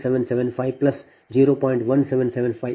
1775 j4